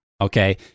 Okay